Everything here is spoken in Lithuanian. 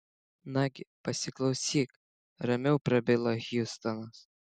nagi pasiklausyk ramiau prabilo hjustonas